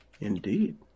Indeed